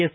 S